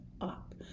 up